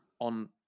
on